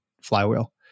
flywheel